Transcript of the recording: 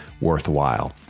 worthwhile